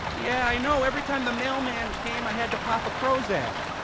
yeah, i know, every time the mailman came i had to pop a prozac.